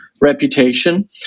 reputation